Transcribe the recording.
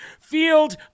field